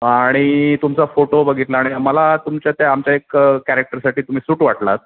आणि तुमचा फोटो बघितला आणि मला तुमच्या त्या आमच्या एक कॅरेक्टरसाटी तुम्ही सूट वाटलात